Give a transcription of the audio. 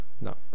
No